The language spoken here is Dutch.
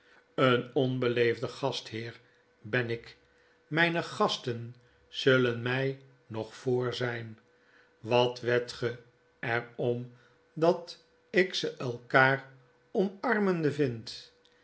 een onbeleefde gastheer ben ik mflne gasten zullen mij nog voor zijn wat wedt ge er om dat ik ze elkaar omarmende vind